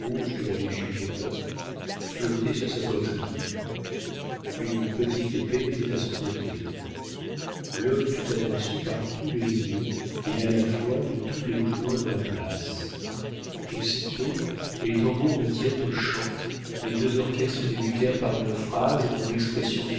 de la légion-d'honneur flottait sur sa poitrine une petite épée était à son côté l'homme fut aperçu par tous les yeux et à la fois de tous les points dans la place aussitôt les tambours battirent aux champs les deux orchestres débutèrent par une phrase dont